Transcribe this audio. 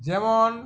যেমন